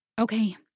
Okay